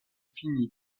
finit